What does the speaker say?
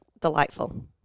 delightful